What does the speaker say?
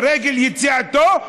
לרגל יציאתו,